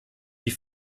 die